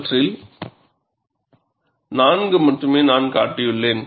அவற்றில் நான்கு மட்டுமே நான் காட்டியுள்ளேன்